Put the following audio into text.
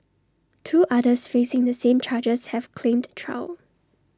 two others facing the same charges have claimed trial